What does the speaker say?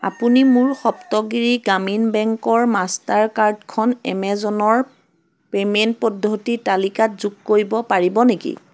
আপুনি মোৰ সপ্তগিৰি গ্ৰামীণ বেংকৰ মাষ্টাৰ কাৰ্ডখন এমেজনৰ পে'মেণ্ট পদ্ধতিৰ তালিকাত যোগ কৰিব পাৰিব নেকি